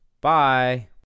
Bye